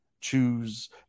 choose